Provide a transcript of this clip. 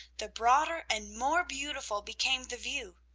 the broader and more beautiful became the view.